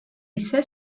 ise